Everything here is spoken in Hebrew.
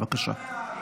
בבקשה.